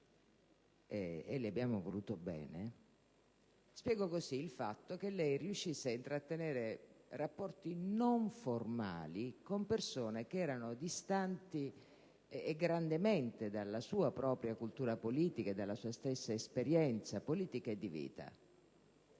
e le hanno voluto bene - il fatto che lei riuscisse ad intrattenere rapporti non formali con persone che erano distanti, e grandemente, dalla sua propria cultura politica e della sua stessa esperienza politica e di vita.